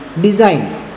design